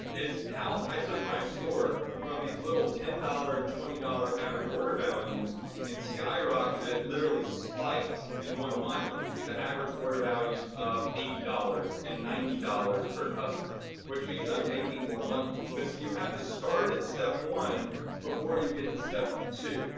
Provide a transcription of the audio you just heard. it's how i took my store from these little ten dollars and twenty dollars average order values and skyrocketed, it literally spiked in one month to average order values of eighty dollars and ninety dollars per customer, which means i'm making more money. but see, you have to start at step one before you get to step two.